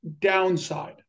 downside